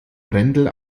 brendel